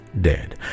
dead